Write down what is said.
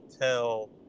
tell